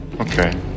Okay